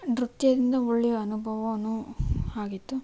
ನೃತ್ಯದಿಂದ ಒಳ್ಳೆಯ ಅನುಭವವೂ ಆಗಿತ್ತು